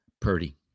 Purdy